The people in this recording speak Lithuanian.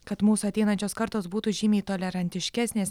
kad mūsų ateinančios kartos būtų žymiai tolerantiškesnės